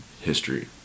history